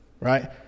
right